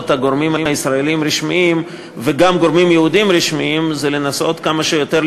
הגורמים הישראליים הרשמיים וגם גורמים יהודיים רשמיים זה לנסות כמה שיותר